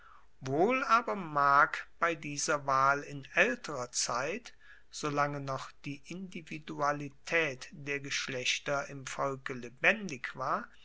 wohl aber mag bei dieser wahl in aelterer zeit solange noch die individualitaet der geschlechter im volke lebendig war